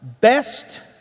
best